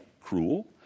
cruel